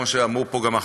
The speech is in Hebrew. כמו שאמרו פה גם אחרים,